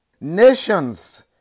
Nations